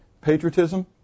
Patriotism